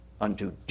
unto